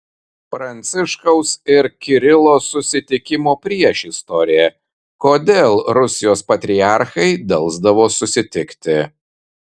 pranciškaus ir kirilo susitikimo priešistorė kodėl rusijos patriarchai delsdavo susitikti